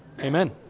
Amen